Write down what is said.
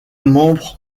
membre